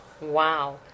Wow